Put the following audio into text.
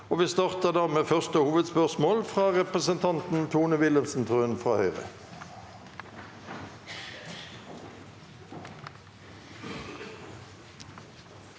Vi starter da med første hovedspørsmål, fra representanten Tone Wilhelmsen Trøen.